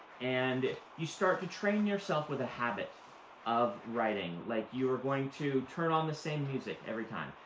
and you start to train yourself with a habit of writing. like you are going to turn on the same music every time.